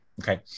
okay